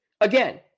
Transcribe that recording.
Again